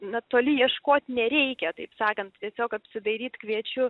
na toli ieškot nereikia taip sakant tiesiog apsidairyt kviečiu